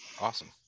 Awesome